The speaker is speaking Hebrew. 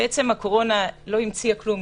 הקורונה לא המציאה כלום,